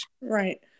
Right